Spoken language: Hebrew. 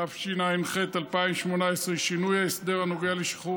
התשע"ח 2018. יציג את הצעת